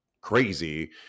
crazy